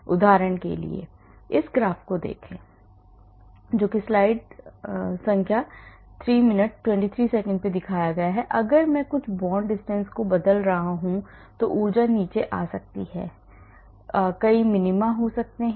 उदाहरण के लिए इस ग्राफ को देखें तो अगर मैं कुछ बॉन्ड डिस्टेंस को बदल रहा हूं तो ऊर्जा नीचे आ सकती है कई minima हो सकती हैं